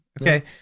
okay